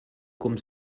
kum